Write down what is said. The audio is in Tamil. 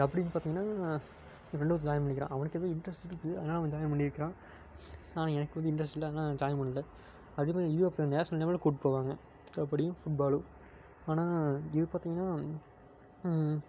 கபடின்னு பார்த்தீங்கனா என் ஃப்ரெண்டு ஒருத்தன் ஜாயின் பண்ணிருக்கிறான் அவனுக்கு ஏதோ இன்ட்ரஸ்ட்டு இருக்குது அதனால அவன் ஜாயின் பண்ணியிருக்குறான் ஆனால் எனக்கு வந்து இன்ட்ரஸ்ட்டு இல்லை அதனால் நான் ஜாயின் பண்ணலை அதே மாதிரி இதுவும் அப்படிதா நேஷ்னல் லெவலில் கூப்பிட்டு போவாங்க கபடியும் ஃபுட் பாலும் ஆனால் இது பார்த்தீங்கனா